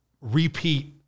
repeat